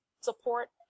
support